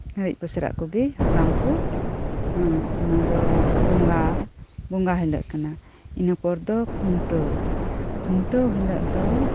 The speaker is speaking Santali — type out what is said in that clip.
ᱦᱟᱹᱨᱤᱡ ᱯᱟᱹᱥᱤᱨᱟᱜ ᱠᱩᱜᱤ ᱦᱟᱯᱲᱟᱢᱠᱩ ᱚᱱᱟᱫᱚ ᱵᱚᱸᱜᱟ ᱵᱚᱸᱜᱟ ᱦᱤᱞᱟᱹᱜ ᱠᱟᱱᱟ ᱤᱱᱟᱹᱯᱚᱨᱫᱚ ᱠᱷᱩᱱᱴᱟᱹᱣ ᱠᱷᱩᱱᱴᱟᱹᱣ ᱦᱤᱞᱟᱹᱜ ᱫᱚ